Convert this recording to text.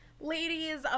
ladies